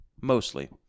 Mostly